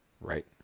Right